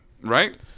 Right